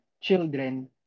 children